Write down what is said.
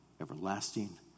everlasting